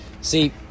See